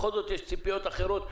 בכל זאת יש ציפיות אחרות ממדינה,